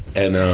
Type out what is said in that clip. and,